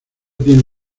tiene